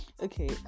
Okay